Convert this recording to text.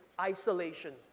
isolation